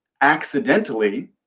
accidentally